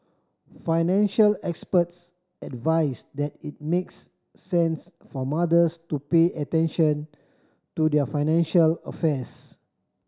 financial experts advise that it makes sense for mothers to pay attention to their financial affairs